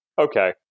okay